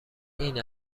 این